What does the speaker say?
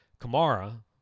Kamara